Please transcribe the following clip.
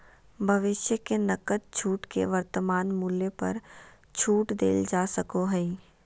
भविष्य के नकद छूट के वर्तमान मूल्य पर छूट देल जा सको हइ